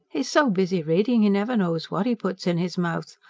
he's so busy reading, he never knows what he puts in his mouth.